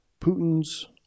putin's